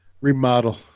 remodel